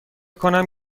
کنم